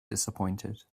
disappointed